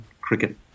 cricket